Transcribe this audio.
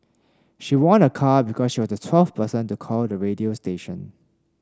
she won a car because she was the twelfth person to call the radio station